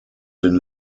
den